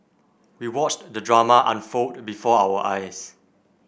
we watched the drama unfold before our eyes